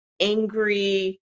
angry